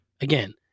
Again